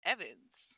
Evans